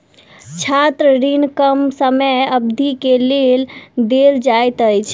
छात्र ऋण कम समय अवधि के लेल देल जाइत अछि